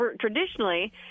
traditionally